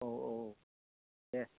औ औ दे